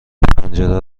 پنجره